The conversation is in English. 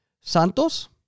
Santos